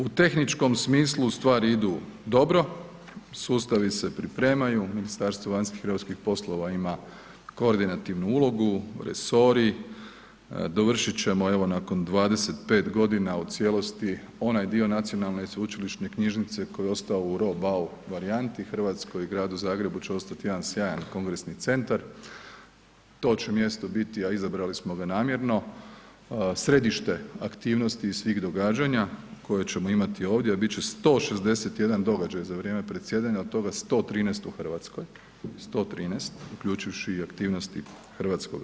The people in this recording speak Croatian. U tehničkom smislu stvari idu dobro, sustavi se pripremaju, Ministarstvo vanjskih hrvatskih poslova ima koordinativnu ulogu, resori, dovršit ćemo evo nakon 25.g. u cijelosti onaj dio Nacionalne sveučilišne knjižnice koji je ostao u roh bau varijanti, RH i Gradu Zagrebu će ostat jedan sjajan kongresni centar, to će mjesto biti, a izabrali smo ga namjerno, središte aktivnosti i svih događanja koje ćemo imati ovdje, a bit će 161 događaj za vrijeme predsjedanja, od toga 113 u RH, 113 uključivši i aktivnosti HS.